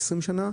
20 שנה,